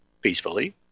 peacefully